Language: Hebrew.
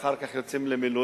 ואחר כך יוצאים למילואים,